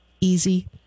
easy